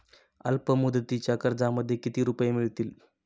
अल्पमुदतीच्या कर्जामध्ये किती रुपये मिळतील?